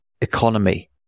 economy